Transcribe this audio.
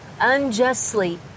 unjustly